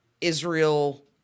Israel